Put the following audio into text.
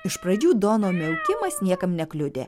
iš pradžių dono metimas niekam nekliudė